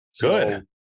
Good